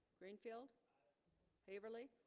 greenfield haverly